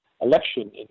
election